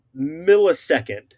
millisecond